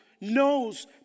knows